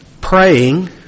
praying